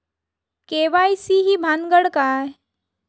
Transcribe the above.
KYC ही भानगड काय?